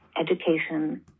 education